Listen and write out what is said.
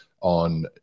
on